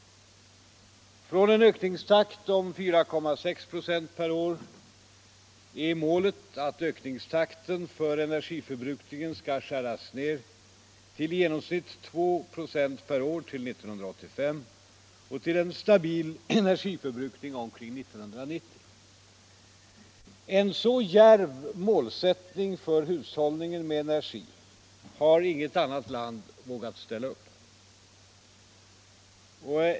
Från en ökningstakt om 4,6 96 per år är målet att ökningstakten för energiförbrukningen skall skäras ner till i genomsnitt 2 96 per år till 1985 och till en stabil energiförbrukning omkring 1990. En så djärv målsättning för hushållningen med energi har inget annat land vågat ställa upp.